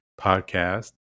Podcast